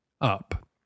up